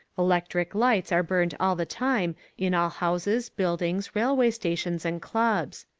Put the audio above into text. electric lights are burned all the time in all houses, buildings, railway stations and clubs.